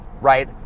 right